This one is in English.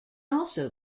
also